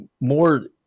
more